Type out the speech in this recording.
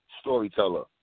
storyteller